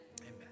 Amen